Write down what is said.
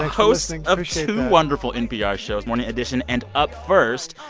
host and of two wonderful npr shows morning edition and up first.